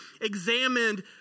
examined